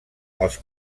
els